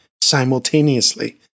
simultaneously